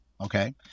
Okay